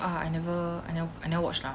ah I never I nev~ I never watch lah